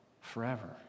forever